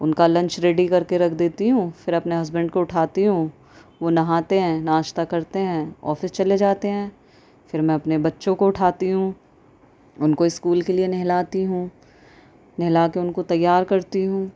ان کا lunch ready کر کے رکھ دیتی ہوں پھر اپنے ہسبینڈ کو اٹھاتی ہوں وہ نہاتے ہیں ناشتہ کرتے ہیں آفس چلے جاتے ہیں پھر میں اپنے بچوں کو اٹھاتی ہوں ان کو اسکول کے لیے نہلاتی ہوں نہلا کے ان کو تیار کرتی ہوں